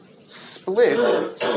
split